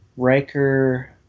Riker